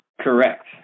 Correct